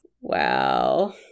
Wow